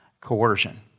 coercion